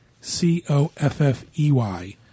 C-O-F-F-E-Y